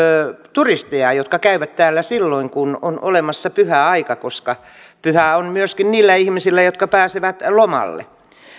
turisteja jotka käyvät täällä silloin kun on olemassa pyhäaika koska pyhää on myöskin niillä ihmisillä jotka pääsevät lomalle